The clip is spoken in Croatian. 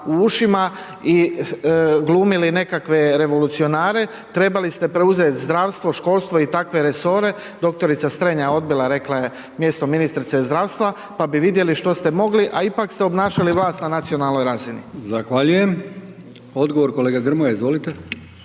u ušima i glumili nekakve revolucionare, trebali ste preuzeti zdravstvo, školstvo i takve resore, dr. Strenja odbila rekla je mjesto ministrice zdravstva pa bi vidjeli što ste mogli, a ipak ste obnašali vlast na nacionalnoj razini. **Brkić, Milijan (HDZ)** Zahvaljujem. Odgovor kolega Grmoja. Izvolite.